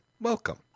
Welcome